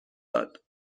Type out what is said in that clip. داد